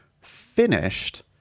finished